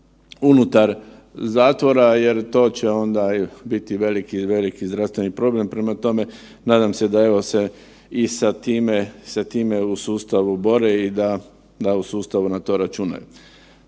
unutar zatvora jer to će onda biti veliki, veliki zdravstveni problem, prema tome nadam se da evo se i sa time u sustavu bore i da u sustavu na to računaju.